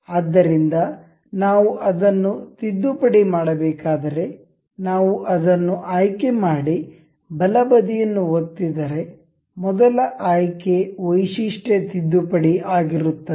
ಆದ್ದರಿಂದ ನಾವು ಅದನ್ನು ತಿದ್ದುಪಡಿ ಮಾಡಬೇಕಾದರೆ ನಾವು ಅದನ್ನು ಆಯ್ಕೆ ಮಾಡಿ ಬಲಬದಿಯನ್ನು ಒತ್ತಿದರೆ ಮೊದಲ ಆಯ್ಕೆ ವೈಶಿಷ್ಟ್ಯ ತಿದ್ದುಪಡಿ ಆಗಿರುತ್ತದೆ